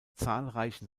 zahlreichen